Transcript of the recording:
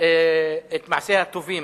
את "מעשיה הטובים".